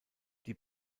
die